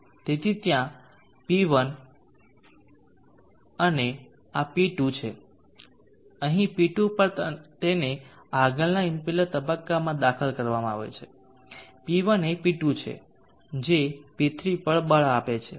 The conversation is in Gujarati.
તેથી ત્યાં P1 અને આ P2 છે અને અહીં P2 પર તેને આગળના ઇમ્પેલર તબક્કામાં દાખલ કરવામાં આવે છે P1 એ P2 છે જે P3 પર બળ આપે છે